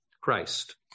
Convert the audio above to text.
Christ